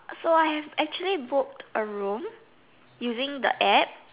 so I have actually booked a room using the App